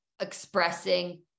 expressing